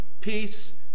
peace